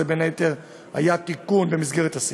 שבין היתר היה תיקון במסגרת הסעיף.